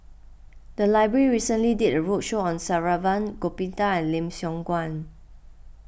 the library recently did a roadshow on Saravanan Gopinathan and Lim Siong Guan